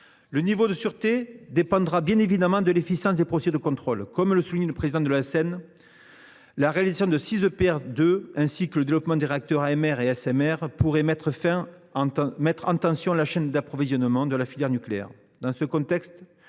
Le niveau de sûreté dépendra bien évidemment de l’efficience des procédures de contrôle. Comme le souligne le président de l’ASN, la réalisation de six EPR2 ainsi que le développement des réacteurs SMR () ou AMR () pourraient mettre en tension la chaîne d’approvisionnement de la filière nucléaire.